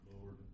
Lord